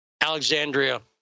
Alexandria